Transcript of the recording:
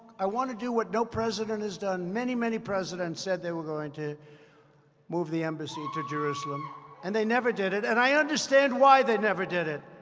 i want to do what no president has done. many, many presidents said they were going to move the embassy to jerusalem. and they never did it. and i understand why they never did it.